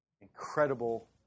Incredible